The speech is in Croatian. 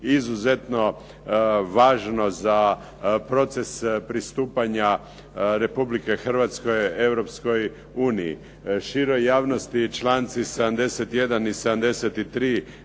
izuzetno važno za proces pristupanja Republike Hrvatske Europskoj uniji. Široj javnosti članci 71. i 73.